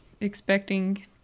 expecting